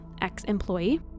ex-employee